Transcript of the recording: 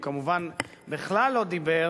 הוא כמובן בכלל לא דיבר